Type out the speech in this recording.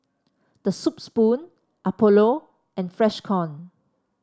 The Soup Spoon Apollo and Freshkon